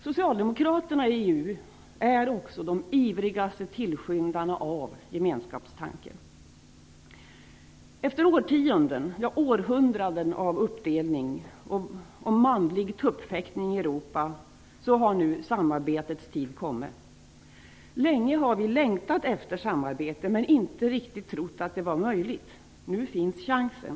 Socialdemokraterna i EU är också de ivrigaste tillskyndarna av gemenskapstanken. Efter årtionden, ja, århundraden av uppdelning och manlig tuppfäktning i Europa har nu samarbetets tid kommit. Länge har vi längtat efter samarbete, men inte riktigt trott att det var möjligt. Nu finns chansen.